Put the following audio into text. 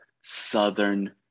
Southern